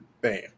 Bam